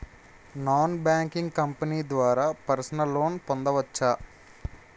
Non banking company ద్వారా personal loan పొందవచ్చా?